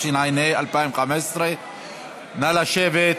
התשע"ה 2015. נא לשבת.